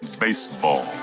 baseball